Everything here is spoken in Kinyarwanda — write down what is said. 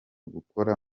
gukora